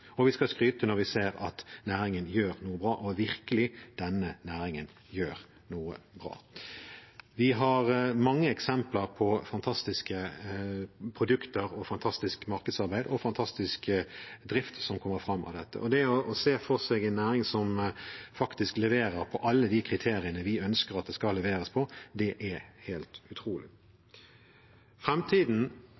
Og vi skal skryte når vi ser at næringen gjør noe bra. Og virkelig: Denne næringen gjør noe bra. Vi har mange eksempler på fantastiske produkter, fantastisk markedsarbeid og fantastisk drift som kommer fram av dette. Det å se en næring som faktisk leverer på alle de kriteriene vi ønsker at det skal leveres på, er helt utrolig.